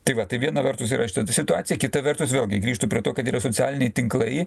tai va tai viena vertus yra situacija kita vertus vėlgi grįžtu prie to kad yra socialiniai tinklai